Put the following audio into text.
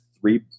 three